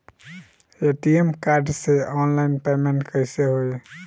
ATM card से online payment कैसे होई?